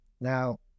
now